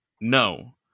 no